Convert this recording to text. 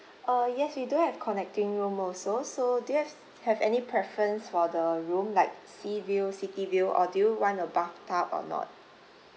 uh yes we do have connecting room also so do you have have any preference for the room like sea view city view or do you want a bathtub or not